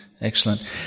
Excellent